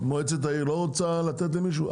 מועצת העיר לא רוצה לתת למישהו?